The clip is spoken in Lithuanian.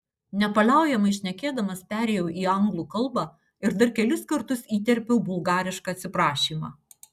nepaliaujamai šnekėdamas perėjau į anglų kalbą ir dar kelis kartus įterpiau bulgarišką atsiprašymą